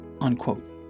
Unquote